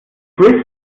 frisbee